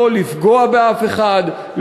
לא לפגוע באף אחד,